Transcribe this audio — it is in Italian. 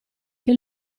che